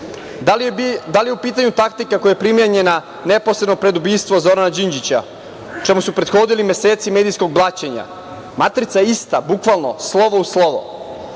Da li je u pitanju taktika koja je primenjena neposredno pred ubistvo Zorana Đinđića, čemu su prethodili meseci medijskog blaćenja? Matrica je ista bukvalno, slovo u slovo. Na